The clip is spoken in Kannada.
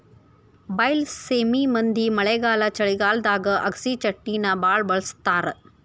ಬೈಲಸೇಮಿ ಮಂದಿ ಮಳೆಗಾಲ ಚಳಿಗಾಲದಾಗ ಅಗಸಿಚಟ್ನಿನಾ ಬಾಳ ಬಳ್ಸತಾರ